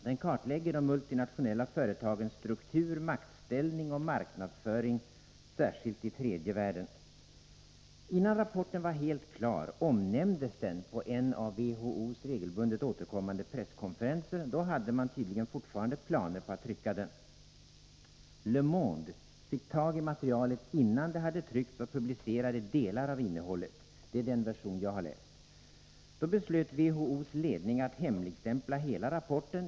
Den kartlägger de multinationella företagens struktur, maktställning och marknadsföring särskilt i tredje världen. Innan rapporten var helt klar omnämndes den på en av WHO:s regelbundet återkommande presskonferenser. Då hade man tydligen fortfarande planer på att trycka den. Le Monde fick tag i materialet innan det hade tryckts och publicerade delar av innehållet. Det är den versionen jag har läst. Då beslöt WHO:s ledning att hemligstämpla hela rapporten.